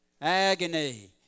Agony